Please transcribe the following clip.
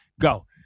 Go